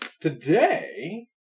today